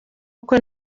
uko